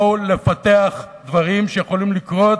בואו לפתח דברים שיכולים לקרות